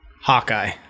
Hawkeye